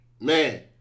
Man